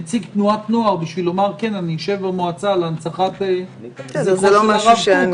למשל נציג תנועת נוער כדי להגיד שישב במועצה להנצחת זכרו שלה רב קוק